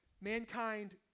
mankind